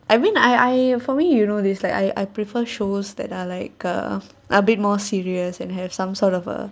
I mean I I for me you know this like I I prefer shows that are like a a bit more serious and have some sort of uh